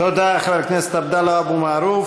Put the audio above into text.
תודה לחבר הכנסת עבדאללה אבו מערוף.